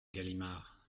galimard